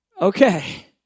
Okay